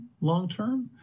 long-term